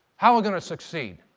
how are we going to succeed?